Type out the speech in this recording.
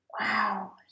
Wow